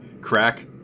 crack